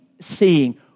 seeing